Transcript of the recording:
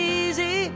easy